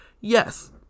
yes